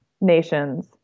nations